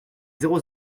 zéro